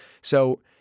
So-